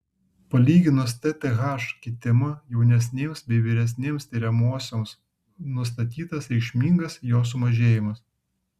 palyginus tth kitimą jaunesnėms bei vyresnėms tiriamosioms nustatytas reikšmingas jo sumažėjimas